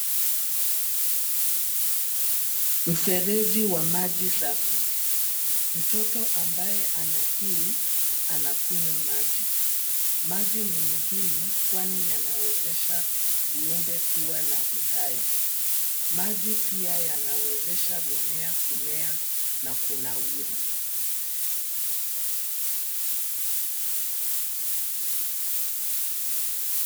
Mfereji wa maji safi. Mtoto ambaye ana kiu anakunywa maji. Maji ni muhimu kwani yanawezesha viumbe kuwa na uhai. Maji pia yanawezesha mimea kumea na kunawiri.